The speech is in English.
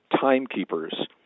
timekeepers